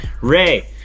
Ray